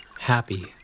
happy